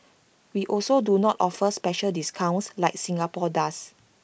we also do not offer special discounts like Singapore does